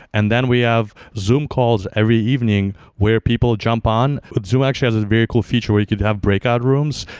and then we have zoom calls every evening where people jump on. zoom actually has a very cool feature where you could have breakout rooms.